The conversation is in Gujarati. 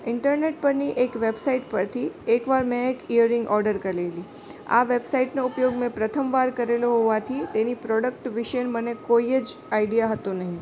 ઇન્ટરનેટ પરની એક વૅબસાઇટ પરથી એકવાર મેં એક ઇયરિંગ ઓર્ડર કરેલી આ વૅબસાઇટનો ઉપયોગ મેં પ્રથમવાર કરેલો હોવાથી તેની પ્રોડક્ટ વિશે મને કોઈ જ આઇડિયા હતો નહીં